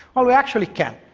well, we actually can,